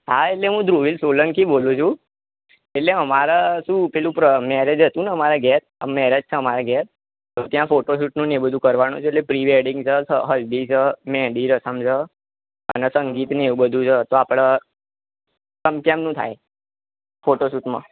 હા એટલે હું ધ્રુવીલ સોલંકી બોલું છું એટલે અમારે શું પેલું મેરેજ હતું ને અમારા ઘેર મેરેજ છ અમારા ઘેર તો ત્યા ફોટોશૂટનું એ બધું કરવાનું છે એટલે પ્રીવેડિંગ છે હલ્દી છે મેહન્દી રસમ છે અને સંગીતને એવુ બધું છે તો આપણે આમ કેમનું થાય ફોટોશૂટમા